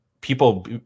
people